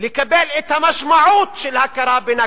לקבל את המשמעות של הכרה ב"נכבה",